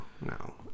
no